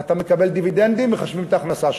אתה מקבל דיבידנדים, מחשבים את ההכנסה שלך.